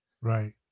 Right